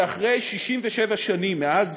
שאחרי 67 שנים מאז